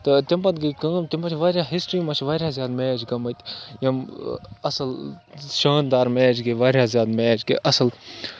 تہٕ تَمہِ پَتہٕ گٔے کٲم تَمہِ پَتہٕ چھِ واریاہ ہِسٹِرٛی منٛز چھِ واریاہ زیادٕ میچ گٔمٕتۍ یِم اَصٕل شاندار میچ گٔے واریاہ زیادٕ میچ گٔے اَصٕل